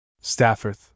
Stafford